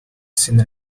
seen